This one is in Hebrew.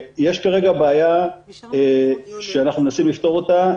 יש כרגע בעיה שאנחנו מנסים לפתור אותה,